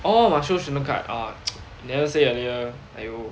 orh must show student card orh never say earlier !aiyo!